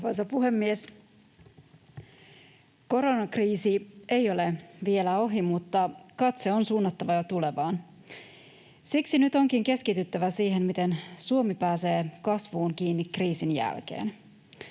Arvoisa puhemies! Koronakriisi ei ole vielä ohi, mutta katse on jo suunnattava tulevaan. Siksi nyt onkin keskityttävä siihen, miten Suomi pääsee kasvuun kiinni kriisin jälkeen.